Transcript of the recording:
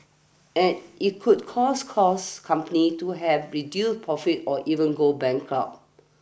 and it could cause cause companies to have reduced profits or even go bankrupt